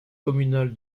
communal